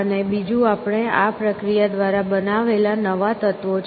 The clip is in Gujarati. અને બીજું આપણે આ પ્રક્રિયા દ્વારા બનાવેલા નવા તત્વો છે